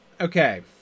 Okay